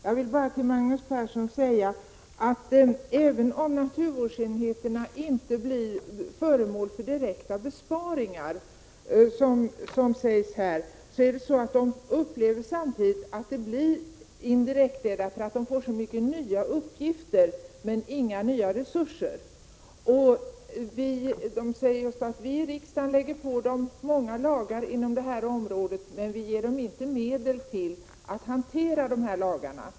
Herr talman! Även om naturvårdsenheterna inte blir föremål för direkta besparingar, som utskottet framhåller i sin skrivning, upplever de indirekt att det blir så, eftersom de får så många nya uppgifter men inga nya resurser. De menar att vi här i riksdagen lägger på dem många lagar på det här området, men vi ger dem inte medel till att hantera dessa lagar.